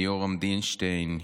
יורם דינשטיין,